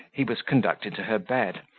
he was conducted to her bed,